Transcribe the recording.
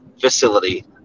facility